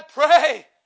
pray